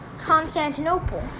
Constantinople